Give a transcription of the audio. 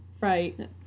right